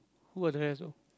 who are the rest though